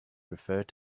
preferred